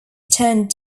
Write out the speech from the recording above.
turned